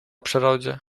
przyrodzie